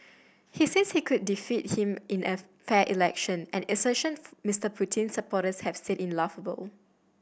he says he could defeat him in a fair election an assertion Mister Putin's supporters have said in laughable